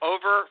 Over